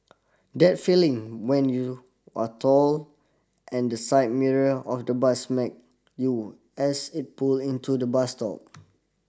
that feeling when you are tall and the side mirror of the bus smack you as it pull into the bus stop